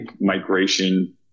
migration